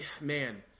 man